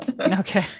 okay